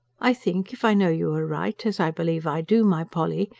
i think if i know you aright, as i believe i do, my polly,